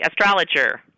astrologer